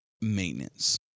maintenance